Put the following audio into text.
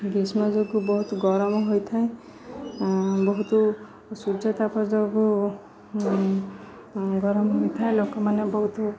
ଗ୍ରୀଷ୍ମ ଯୋଗୁଁ ବହୁତ ଗରମ ହୋଇଥାଏ ବହୁତ ସୂର୍ଯ୍ୟ ତାପ ଯୋଗୁଁ ଗରମ ହୋଇଥାଏ ଲୋକମାନେ ବହୁତ